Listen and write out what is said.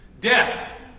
Death